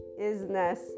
isness